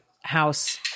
house